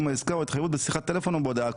העסקה או התחייבות בשיחת טלפון או בהודעה קולית".